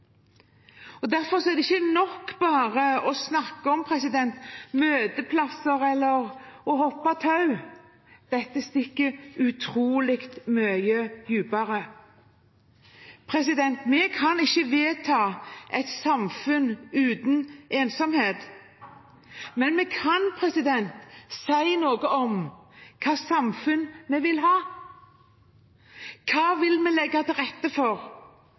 og derfor er det ikke nok bare å snakke om møteplasser eller å hoppe tau; dette stikker utrolig mye dypere. Vi kan ikke vedta et samfunn uten ensomhet, men vi kan si noe om hvilket samfunn vi vil ha. Hva vil vi legge til rette for,